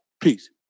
Peace